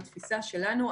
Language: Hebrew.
בתפיסה שלנו,